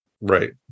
Right